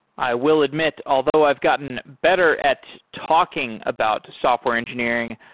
i will admit, although i've gotten better at talking about software engineering,